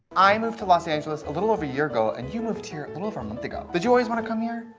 i moved to los angeles a little over a year ago and you moved here a little over a month ago. did you always want to come here?